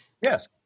Yes